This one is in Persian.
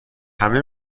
همه